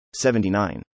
79